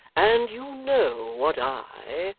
and you know what i,